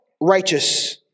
Righteous